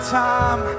time